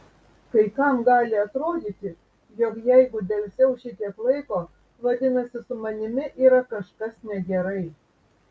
kai kam gali atrodyti jog jeigu delsiau šitiek laiko vadinasi su manimi yra kažkas negerai